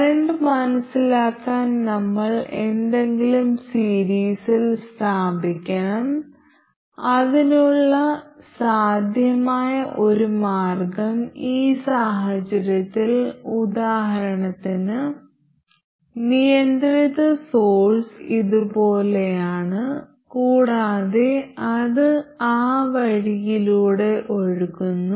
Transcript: current മനസിലാക്കാൻ നമ്മൾ എന്തെങ്കിലും സീരീസിൽ സ്ഥാപിക്കണം അതിനുള്ള സാധ്യമായ ഒരു മാർഗ്ഗം ഈ സാഹചര്യത്തിൽ ഉദാഹരണത്തിന് നിയന്ത്രിത സോഴ്സ് ഇതുപോലെയാണ് കൂടാതെ അത് ആ വഴിയിലൂടെ ഒഴുകുന്നു